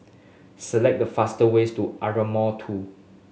select the faster ways to Ardmore Two